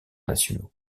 nationaux